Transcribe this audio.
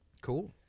Cool